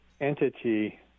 entity